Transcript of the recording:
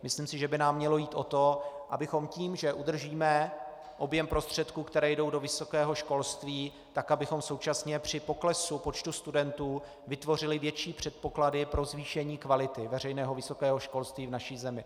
Myslím si, že by nám mělo jít o to, abychom tím, že udržíme objem prostředků, které jdou do vysokého školství, současně při poklesu počtu studentů vytvořili větší předpoklady pro zvýšení kvality veřejného vysokého školství v naší zemi.